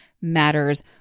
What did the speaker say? matters